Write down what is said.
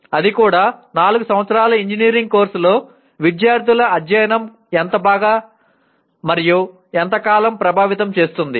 అది కూడా 4 సంవత్సరాల ఇంజనీరింగ్ కోర్సులో విద్యార్థుల అధ్యయనం ఎంత బాగా మరియు ఎంతకాలం ప్రభావితం చేస్తుంది